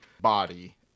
body